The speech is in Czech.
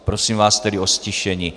Prosím vás tedy o ztišení.